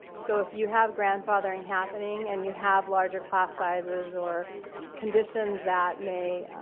so if you have grandfathering happening and you have larger class sizes or conditions that may